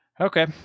Okay